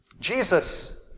Jesus